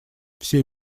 все